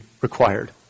required